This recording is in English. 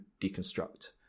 deconstruct